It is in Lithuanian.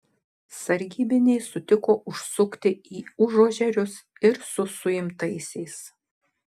sargybiniai sutiko užsukti į užuožerius ir su suimtaisiais